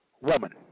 woman